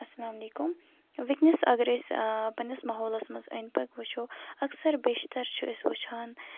اسلامُ علیکُم وٕںکٮ۪نَس اَگر أسی پَنِنس ماحولَس مَنز أندۍ پٔکۍ وٕچھو اکثر بیشتَر چھِ أسۍ وٕچھان